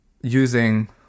using